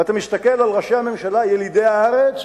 ואתה מסתכל על ראשי הממשלה ילידי הארץ,